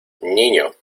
niño